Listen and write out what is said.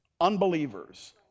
unbelievers